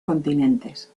continentes